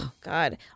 God